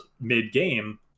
mid-game